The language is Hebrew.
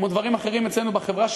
כמו דברים אחרים אצלנו בחברה,